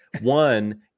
One